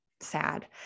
sad